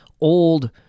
old